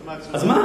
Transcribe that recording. אז מה?